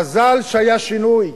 מזל שהיה שינוי.